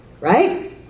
right